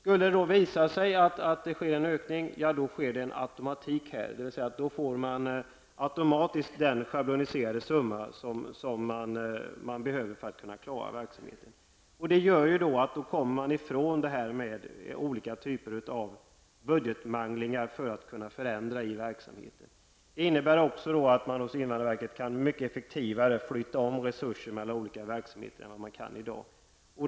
Om det skulle visa sig att det sker en ökning, skulle man automatiskt få den schabloniserade summa som man behöver för att klara verksamheten. Man skulle då komma ifrån problemet med olika budgetmanglingar när man skall förändra i verksamheten. Det innebär också att man hos invandrarverket mera effektivt kan flytta resurser mellan olika verksamheter än vad man kan i dag.